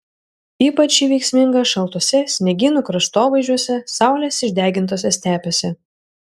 ypač ji veiksminga šaltuose sniegynų kraštovaizdžiuose saulės išdegintose stepėse